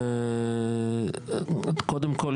קודם כל,